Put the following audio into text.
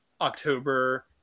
October